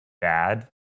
bad